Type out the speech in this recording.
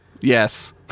Yes